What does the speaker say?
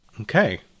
Okay